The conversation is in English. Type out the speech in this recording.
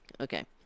Okay